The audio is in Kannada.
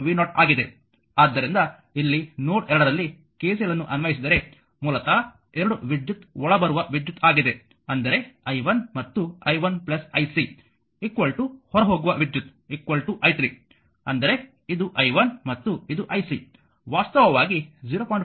5 v0 ಆಗಿದೆ ಆದ್ದರಿಂದ ಇಲ್ಲಿ ನೋಡ್ 2 ನಲ್ಲಿ KCL ಅನ್ನು ಅನ್ವಯಿಸಿದರೆ ಮೂಲತಃ 2 ವಿದ್ಯುತ್ ಒಳಬರುವ ವಿದ್ಯುತ್ ಆಗಿದೆ ಅಂದರೆ i1 ಮತ್ತು i1 ic ಹೊರಹೋಗುವ ವಿದ್ಯುತ್ i3 ಅಂದರೆ ಇದು i1 ಮತ್ತು ಇದು ic ವಾಸ್ತವವಾಗಿ 0